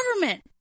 government